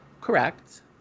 Correct